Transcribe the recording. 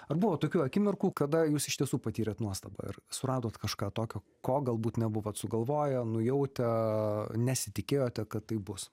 ar buvo tokių akimirkų kada jūs iš tiesų patyrėt nuostabą ar suradot kažką tokio ko galbūt nebuvot sugalvoję nujautę nesitikėjote kad taip bus